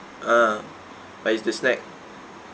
ah but it's the snack